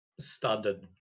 studded